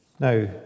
Now